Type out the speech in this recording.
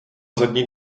zadní